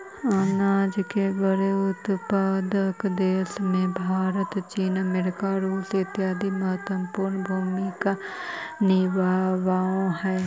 अनाज के बड़े उत्पादक देशों में भारत चीन अमेरिका रूस इत्यादि महत्वपूर्ण भूमिका निभावअ हई